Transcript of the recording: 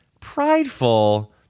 prideful